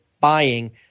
buying